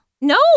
No